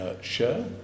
share